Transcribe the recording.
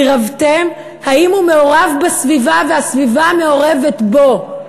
"עירבתן" האם הוא מעורב בסביבה והסביבה מעורבת בו?